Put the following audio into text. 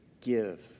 give